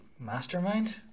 Mastermind